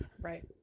Right